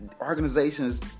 organizations